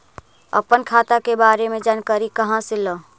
अपन खाता के बारे मे जानकारी कहा से ल?